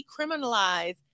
decriminalize